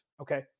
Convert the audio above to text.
Okay